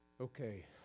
Okay